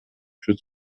führt